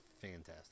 fantastic